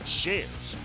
shares